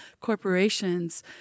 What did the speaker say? corporations